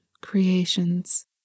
creations